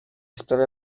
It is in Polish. sprawia